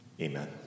Amen